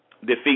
defeat